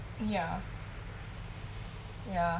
ya ya